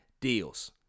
deals